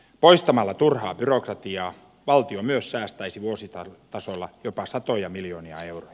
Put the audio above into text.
poistamalla turhaa byrokratiaa valtio myös säästäisi vuositasolla jopa satoja miljoonia euroja